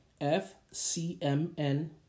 FCMN